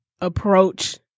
approach